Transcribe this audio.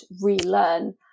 relearn